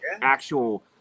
actual